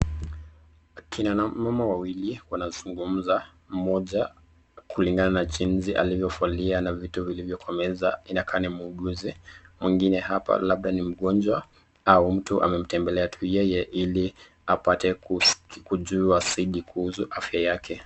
Akina mama wawili wanazungumza moja kulingana na jinzi aliofalia na vitu vilivyo Kwa meza inakaa ni muuguzi mwingine hapa labda ni mgonjwa au mtu ametembelea tu yeye ili apate kujua zaidi kuhusu afya yake.